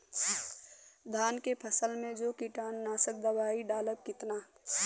धान के फसल मे जो कीटानु नाशक दवाई डालब कितना?